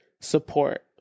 support